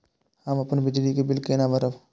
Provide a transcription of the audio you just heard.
हम अपन बिजली के बिल केना भरब?